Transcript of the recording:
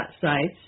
sites